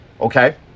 okay